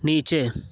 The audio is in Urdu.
نیچے